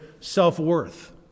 self-worth